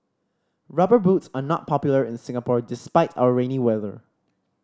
Rubber Boots are not popular in Singapore despite our rainy weather